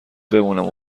بمونم